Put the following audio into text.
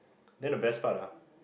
then the best part ah